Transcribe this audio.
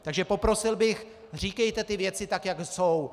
Takže poprosil bych, říkejte ty věci, jak jsou.